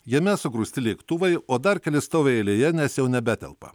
jame sugrūsti lėktuvai o dar keli stovi eilėje nes jau nebetelpa